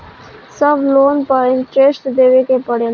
सब लोन पर इन्टरेस्ट देवे के पड़ेला?